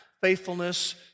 faithfulness